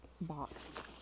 box